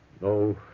No